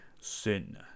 Sin